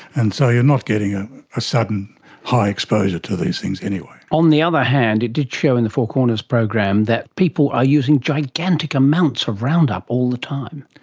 and so you're not getting a sudden high exposure to these things anyway. on the other hand, it did show in the four corners program that people are using gigantic amounts of roundup all the time.